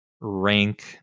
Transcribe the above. rank